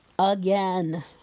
again